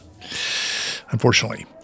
Unfortunately